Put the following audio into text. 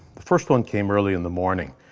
the first one came early in the morning.